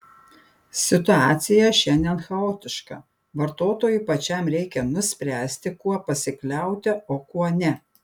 situacija šiandien chaotiška vartotojui pačiam reikia nuspręsti kuo pasikliauti o kuo ne